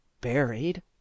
Buried